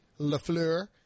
LeFleur